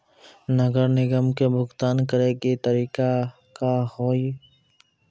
नगर निगम के भुगतान करे के तरीका का हाव हाई?